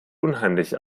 unheimlich